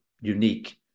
unique